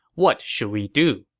what should we do?